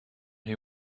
who